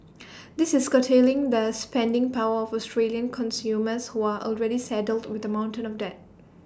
this is curtailing the spending power of Australian consumers who are already saddled with A mountain of debt